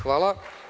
Hvala.